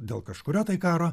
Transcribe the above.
dėl kažkurio tai karo